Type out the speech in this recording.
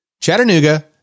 Chattanooga